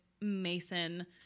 Mason